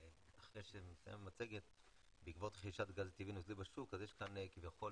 של המצגת יש כביכול